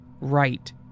right